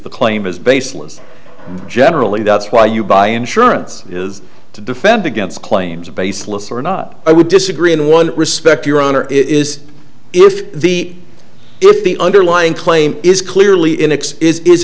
the claim is baseless generally that's why you buy insurance is to defend against claims are baseless or not i would disagree in one respect your honor is if the if the underlying claim is clearly in